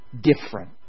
different